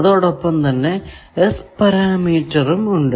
അതോടൊപ്പം തന്നെ S പരാമീറ്ററും ഉണ്ട്